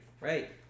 right